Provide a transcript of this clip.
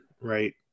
right